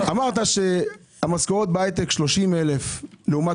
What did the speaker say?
שפיגל שהמשכורות בהייטק 30,000 לעומת